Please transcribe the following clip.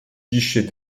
guichets